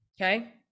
Okay